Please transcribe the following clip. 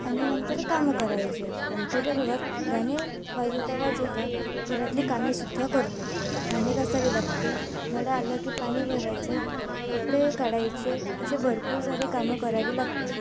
आणि नंतर कामं करायचे होम थेटरवर गाणे वाजवता वाजवता घरातली कामे सुद्धा करतो भांडे घासावे लागते नळ आलं की पाणी भरायचं कपडे काढायचे असे भरपूर सारे कामं करावी लागतात